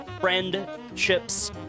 friendships